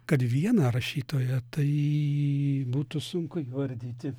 kad vieną rašytoją tai būtų sunku įvardyti